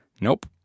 Nope